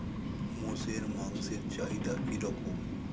মোষের মাংসের চাহিদা কি রকম?